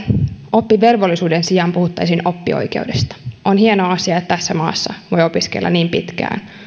oppivelvollisuuden sijaan puhuttaisiin oppioikeudesta on hieno asia että tässä maassa voi opiskella niin pitkään